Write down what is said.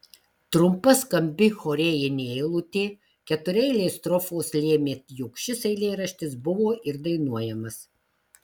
trumpa skambi chorėjinė eilutė ketureilės strofos lėmė jog šis eilėraštis buvo ir dainuojamas